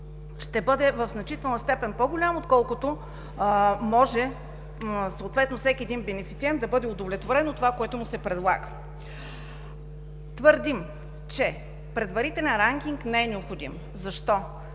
ще бъде в значителна степен по-голям, отколкото може всеки бенефициент да бъде удовлетворен от това, което му се предлага. Твърдим, че предварителен ранкинг не е необходим. Защо?